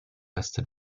reste